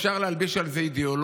אפשר להלביש על זה אידיאולוגיות,